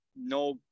no